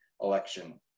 election